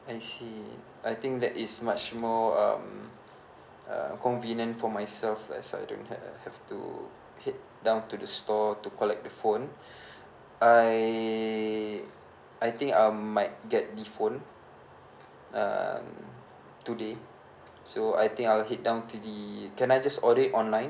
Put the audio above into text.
I see I think that is much more um uh convenient for myself as I don't have have to head down to the store to collect the phone I I think um might get the phone um today so I think I'll head down to the can I just order it online